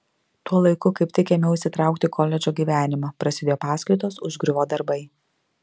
tuo laiku kaip tik ėmiau įsitraukti į koledžo gyvenimą prasidėjo paskaitos užgriuvo darbai